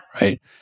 Right